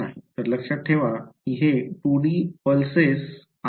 तर लक्षात ठेवा की हे 2 डी पल्सेस आहेत